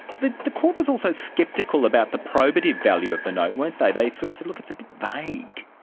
the the court was also sceptical about the probative value of the note, weren't they, they sort of said, look, it's a bit vague.